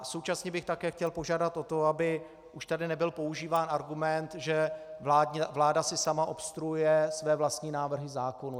Současně bych také chtěl požádat o to, aby už tady nebyl používán argument, že vláda si sama obstruuje své vlastní návrhy zákonů.